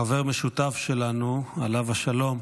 חבר משותף שלנו, עליו השלום,